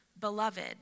beloved